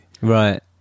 Right